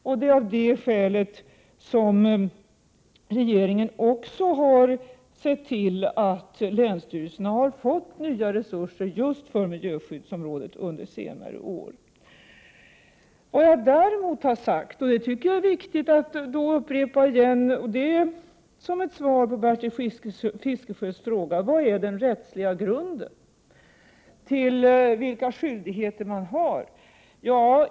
Och det är av det skälet som regeringen även har sett till att länsstyrelserna har fått nya resurser för miljöskyddsområdet under senare år. Jag tycker att det är viktigt att upprepa vad jag har sagt som ett svar på Bertil Fiskesjös fråga om vad som är den rättsliga grunden till de skyldigheter man har.